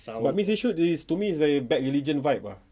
missy shoot is to me is very bad religion vibe ah